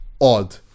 odd